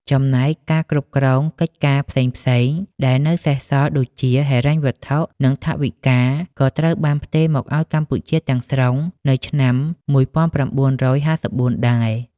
ចំណែកការគ្រប់គ្រងកិច្ចការផ្សេងៗដែលនៅសេសសល់ដូចជាហិរញ្ញវត្ថុ និងថវិកា ក៏ត្រូវបានផ្ទេរមកឱ្យកម្ពុជាទាំងស្រុងនៅឆ្នាំ១៩៥៤ដែរ។